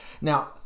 Now